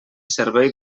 servei